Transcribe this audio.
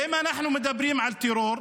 ואם אנחנו מדברים על טרור,